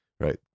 right